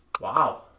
Wow